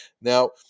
Now –